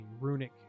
runic